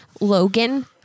Logan